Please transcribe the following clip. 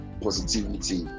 positivity